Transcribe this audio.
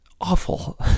awful